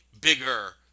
bigger